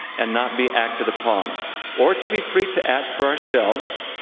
and not be acted upon or or to be free to act for ourselves.